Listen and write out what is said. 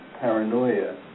paranoia